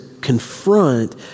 confront